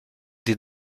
des